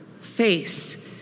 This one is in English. face